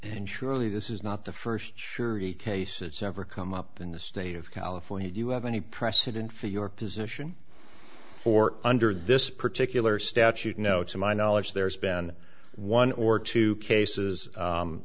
and surely this is not the first surety case it's ever come up in the state of california you have any precedent for your position for under this particular statute no to my knowledge there has been one or two cases